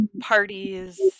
parties